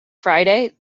friday